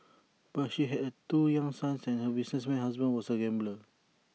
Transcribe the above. but she had two young sons and her businessman husband was A gambler